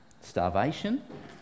Starvation